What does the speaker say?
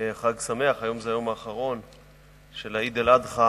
חג שמח, היום זה היום האחרון של עיד אל-אדחא,